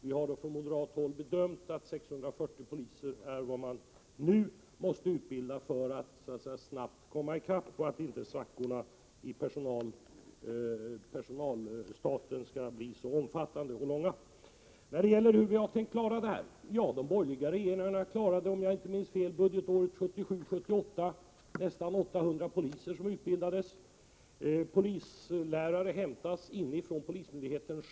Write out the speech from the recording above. Vi har från moderat håll bedömt att 640 poliser är vad som nu måste utbildas, så att man snabbt kommer i kapp och svackorna i personalstaten inte blir så omfattande och långvariga. Hur vi har tänkt klara detta? Ja, de borgerliga regeringarna klarade, om jag inte minns fel, budgetåret 1977/78 att utbilda nästan 800 poliser. Polislärare hämtades inifrån polismyndigheten.